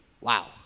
Wow